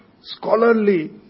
scholarly